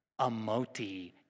Amoti